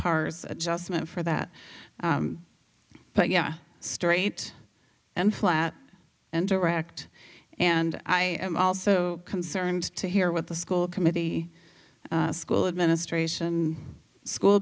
pars adjustment for that but yeah straight and flat and direct and i am also concerned to hear what the school committee school administration school